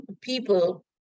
people